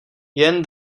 jen